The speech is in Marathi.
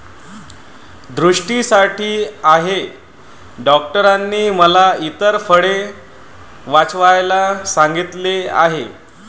दृष्टीसाठी आहे डॉक्टरांनी मला इतर फळे वाचवायला सांगितले आहे